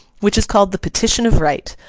which is called the petition of right,